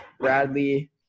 Bradley